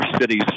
cities